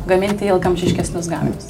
gaminti ilgaamžiškesnius gaminius